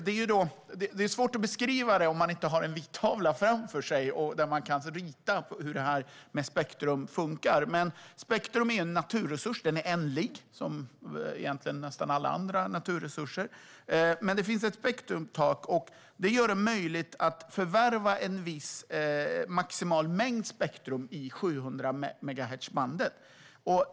Det är svårt att beskriva det om man inte har en vit tavla framför sig där man kan rita upp hur det här med spektrum funkar. Spektrum är en naturresurs. Den är ändlig, som nästan alla andra naturresurser. Men det finns ett spektrumtak, och det gör det möjligt att förvärva en maximal mängd spektrum i 700-megahertzbandet.